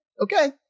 Okay